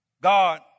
God